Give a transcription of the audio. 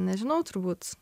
nežinau turbūt